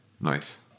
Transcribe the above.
nice